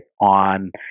on